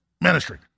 Ministry